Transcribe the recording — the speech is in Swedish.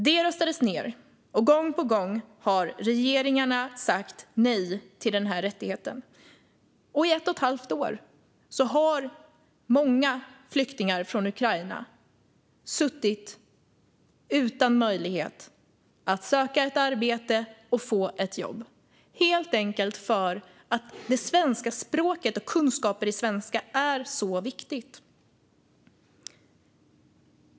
Detta röstades ned, och gång på gång har regeringarna sagt nej till denna rättighet. I ett och ett halvt år har många flyktingar från Ukraina suttit utan möjlighet att söka arbete och få ett jobb helt enkelt för att det svenska språket och kunskaper i svenska är så viktiga.